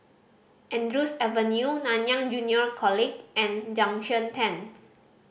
Andrews Avenue Nanyang Junior College and Junction Ten